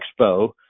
Expo